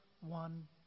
one